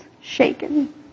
shaken